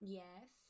yes